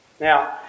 Now